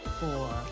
four